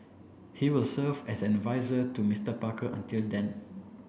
he will serve as an adviser to Mister Parker until then